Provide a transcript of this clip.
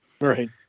right